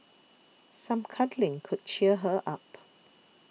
some cuddling could cheer her up